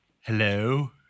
Hello